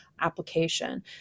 application